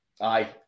Aye